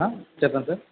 చెప్పండి సార్